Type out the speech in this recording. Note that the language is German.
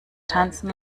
tanzen